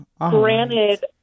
Granted